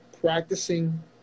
practicing